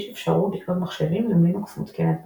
יש אפשרות לקנות מחשבים עם לינוקס מותקנת מראש.